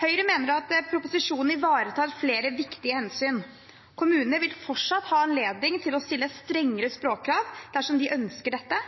Høyre mener at proposisjonen ivaretar flere viktige hensyn. Kommunene vil fortsatt ha anledning til å stille strengere språkkrav dersom de ønsker dette.